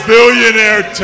Billionaire